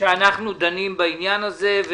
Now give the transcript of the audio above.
-- שאנחנו דנים בעניין הזה.